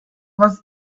was